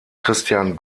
christian